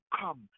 come